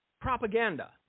propaganda